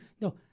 No